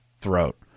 throat